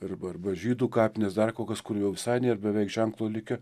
arba arba žydų kapinės dar kokios kur jau visai nėr beveik ženklo likę